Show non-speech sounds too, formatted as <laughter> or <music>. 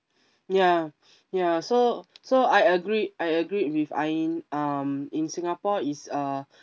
ya <breath> ya so so I agree I agree with ain um in singapore is a